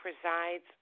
presides